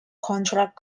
contract